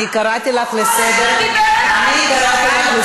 אני קראתי אותך לסדר פעם שלישית,